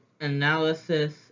analysis